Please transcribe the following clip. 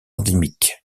endémiques